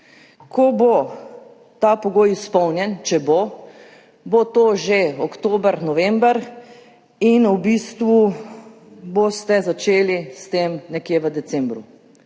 Ko bo ta pogoj izpolnjen, če bo, bo že oktober, november in v bistvu boste začeli s tem nekje v decembru,